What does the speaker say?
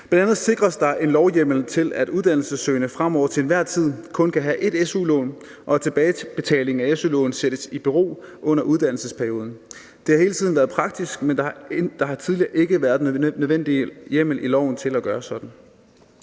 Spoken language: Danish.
Bl.a. sikres der en lovhjemmel til, at uddannelsessøgende fremover til enhver tid kun kan have ét su-lån, og at tilbagebetalingen af su-lånet sættes i bero under uddannelsesperioden. Det har hele tiden været praktisk, men der har tidligere ikke været den nødvendige hjemmel i loven til at gøre sådan.